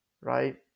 Right